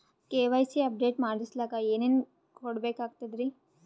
KYC update ಮಾಡಸ್ಲಕ ಏನೇನ ಕೊಡಬೇಕಾಗ್ತದ್ರಿ?